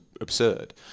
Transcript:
absurd